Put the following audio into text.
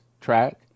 Track